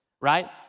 right